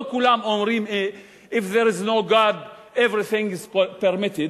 לא כולם אומרים If there is no God everything is permitted,